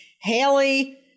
Haley